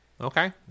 Okay